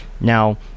Now